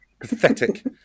Pathetic